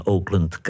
Oakland